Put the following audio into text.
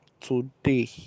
today